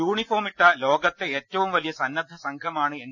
യൂണി ഫോ മിട്ട ലോകത്തെ ഏറ്റവും വലിയ സന്ന ദ്ധ സം ഘ മാണ എൻ